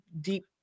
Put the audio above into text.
deep